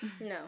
No